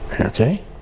Okay